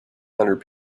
hundred